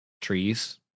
trees